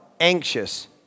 anxious